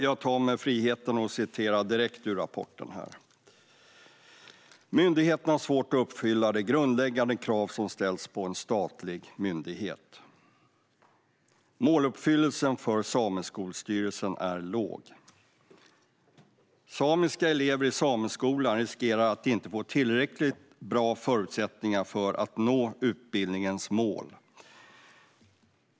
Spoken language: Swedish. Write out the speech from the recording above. Jag tar mig friheten att återge delar direkt ur rapporten: Myndigheten har svårt att uppfylla de grundläggande krav som ställs på en statlig myndighet. Måluppfyllelsen för Sameskolstyrelsen är låg. Samiska elever i sameskolan riskerar att inte få tillräckligt bra förutsättningar för att nå utbildningens mål.